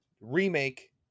remake